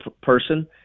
person